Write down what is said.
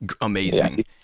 amazing